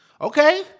Okay